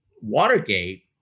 watergate